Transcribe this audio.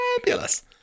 fabulous